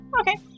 Okay